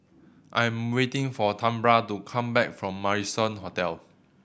I am waiting for Tambra to come back from Marrison Hotel